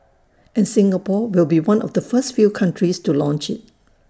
and Singapore will be one of the first few countries to launch IT